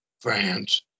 France